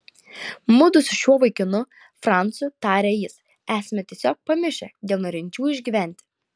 mudu su šiuo vaikinu francu tarė jis esame tiesiog pamišę dėl norinčiųjų išgyventi